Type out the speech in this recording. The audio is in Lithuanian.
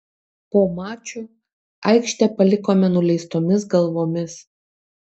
po mačo aikštę palikome nuleistomis galvomis